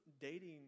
dating